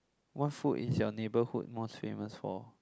what food is your neighbourhood most famous for